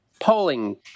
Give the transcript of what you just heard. polling